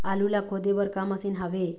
आलू ला खोदे बर का मशीन हावे?